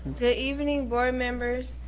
good evening, board members,